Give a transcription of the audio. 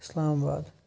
اِسلام آباد